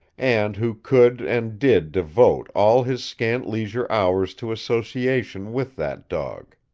and who could and did devote all his scant leisure hours to association with that dog.